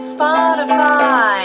Spotify